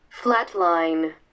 Flatline